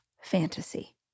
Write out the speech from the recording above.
fantasy